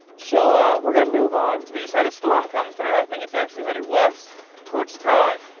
so we're going to move on. we just had a storm come through. i think it's actually headed west towards ty.